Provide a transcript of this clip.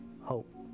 hope